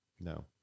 no